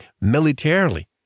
militarily